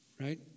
Right